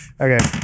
Okay